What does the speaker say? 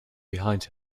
behind